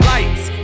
Lights